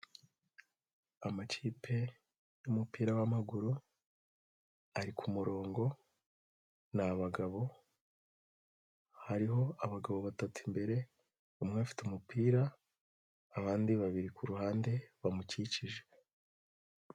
Amakipe y'umupira w'amaguru ari ku murongo ni abagabo, hariho abagabo batatu imbere afite umupira abandi babiri ku ruhande bamukikije.